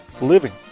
living